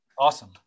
Awesome